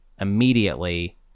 immediately